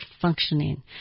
functioning